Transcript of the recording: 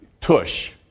tush